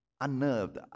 unnerved